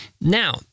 Now